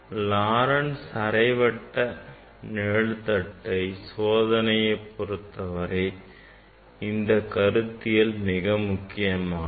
Laurent அரைவட்ட நிழல் தட்டை சோதனை பொருத்தவரை இந்தக் கருத்தியல் மிக முக்கியமாகும்